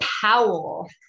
Powell